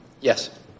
Yes